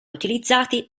utilizzati